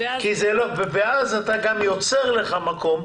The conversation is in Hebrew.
ואז אתה גם יוצר לך מקום.